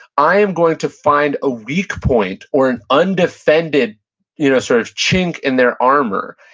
i am going to find a weak point or an undefended you know sort of chink in their armor,